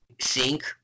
sink